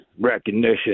recognition